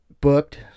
booked